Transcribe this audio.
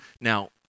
Now